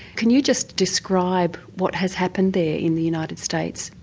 can you just describe what has happened there in the united states?